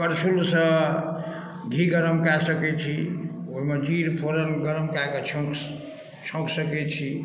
करछुलसँ घी गरम कै सकैत छी ओहिमे जीर फोरन गरम कै कऽ छौंक छौंक सकैत छी